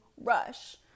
rush